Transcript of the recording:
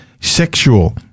sexual